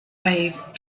wave